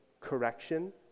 correction